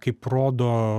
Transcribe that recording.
kaip rodo